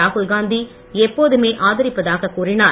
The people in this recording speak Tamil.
ராகுல் காந்தி எப்போதுமே ஆதரிப்பதாகக் கூறினார்